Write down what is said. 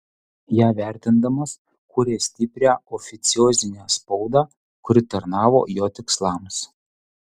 ją vertindamas kūrė stiprią oficiozinę spaudą kuri tarnavo jo tikslams